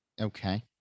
Okay